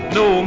no